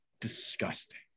disgusting